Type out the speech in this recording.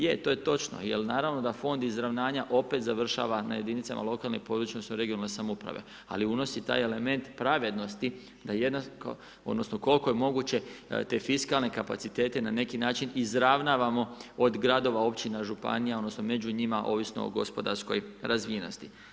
Je, to je točno, jer naravno da fond izravnanja opet završava na jedinicama lokalne i područne odnosno regionalne samouprave ali unosi taj element pravednosti da jednako, odnosno koliko je moguće te fiskalne kapacitete na neki način izravnavamo od gradova, općina županija, odnosno među njima ovisno o gospodarskoj razvijenosti.